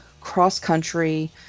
cross-country